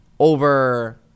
Over